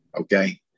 Okay